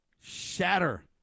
shatter